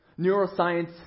neuroscience